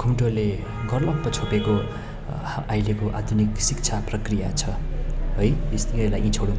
घुम्टोले घर्लप्प छोपेको अहिलेको आधुनिक शिक्षा प्रक्रिया छ है यस्तै यो लागि छोडौँ